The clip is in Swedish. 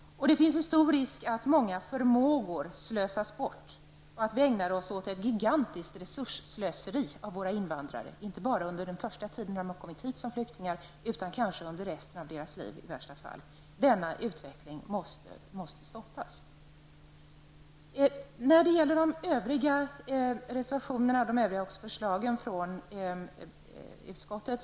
Det finns alltså en risk för att många förmågor slösas bort och att vi ägnar oss åt ett gigantiskt resursslöseri genom att inte kunna erbjuda invandrarna något jobb. Det gäller inte bara under deras första tid i vårt land utan i värsta fall under återstoden av deras liv. Den utvecklingen måste stoppas.